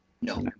no